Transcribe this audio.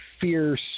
fierce